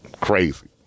Crazy